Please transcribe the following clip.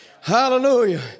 Hallelujah